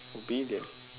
obedient